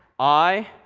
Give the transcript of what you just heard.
i,